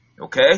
okay